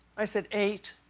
i said eight.